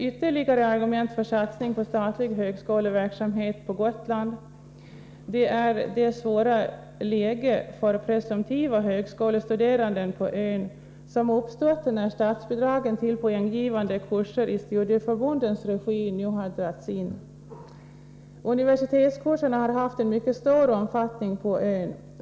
Ytterligare ett argument för satsning på statlig högskoleverksamhet på Gotland är det svåra läge för presumtiva högskolestuderande på ön som uppstått som en följd av att statsbidragen till poänggivande kurser i studieförbundens regi dragits in. Universitetskurserna har haft en mycket stor omfattning på ön.